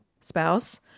spouse